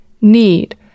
need